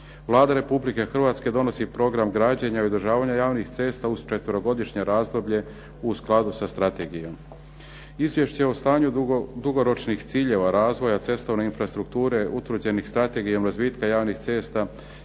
Vlada RH donosi program građenja i održavanje javnih cesta u četverogodišnje razdoblje u skladu sa strategijom. Izvješće o stanju dugoročnih ciljeva razvoja cestovne infrastrukture utvrđenih strategijom razvitka javnih cesta